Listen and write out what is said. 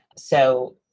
so,